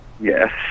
Yes